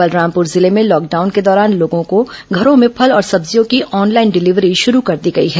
बलरामपुर जिले में लॉकडाउन के दौरान लोगों के घरों में फल और सब्जियों की ऑनलाइन डिलीवरी शुरू कर दी गई है